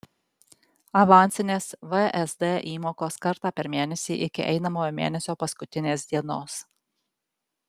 avansinės vsd įmokos kartą per mėnesį iki einamojo mėnesio paskutinės dienos